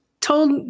told